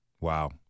Wow